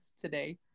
today